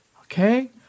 Okay